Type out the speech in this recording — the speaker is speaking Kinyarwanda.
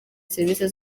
serivisi